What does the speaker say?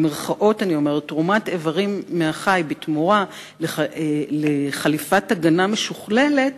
איברים מהחי בתמורה לחליפת הגנה משוכללת,